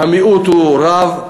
והגיוון הוא רב.